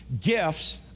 gifts